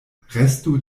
restu